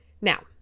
Now